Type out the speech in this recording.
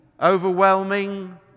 overwhelming